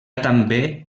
també